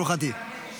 הוראת שעה,